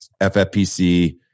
ffpc